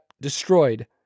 destroyed